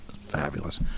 Fabulous